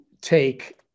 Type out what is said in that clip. take